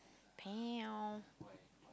damn